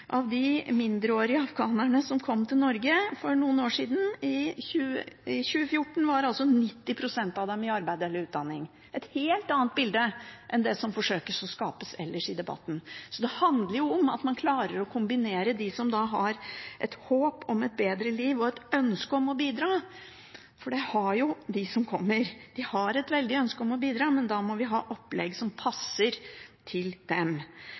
mindreårige afghanerne som kom til Norge for noen år siden, i arbeid eller under utdanning. Det er et helt annet bilde enn det som forsøkes skapt ellers i debatten. Det handler om at man klarer å kombinere et håp om et bedre liv og et ønske om å bidra, for det har jo de som kommer. De har et veldig ønske om å bidra, men da må vi ha opplegg som passer til dem.